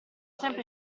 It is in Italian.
sempre